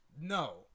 No